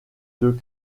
deux